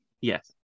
yes